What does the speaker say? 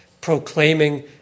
proclaiming